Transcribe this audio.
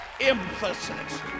emphasis